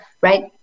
Right